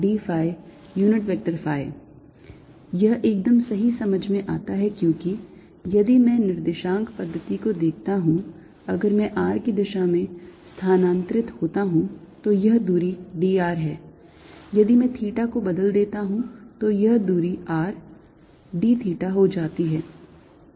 dldrrrdθrsinθdϕ यह एकदम सही समझ में आता है क्योंकि यदि मैं निर्देशांक पद्धति को देखता हूं अगर मैं r की दशा में स्थानांतरित होता हूं तो यह दूरी dr है यदि मैं theta को बदल देता हूं तो यह दूरी r d theta हो जाती है